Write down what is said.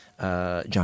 John